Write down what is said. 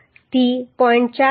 4fy થી 0